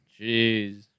jeez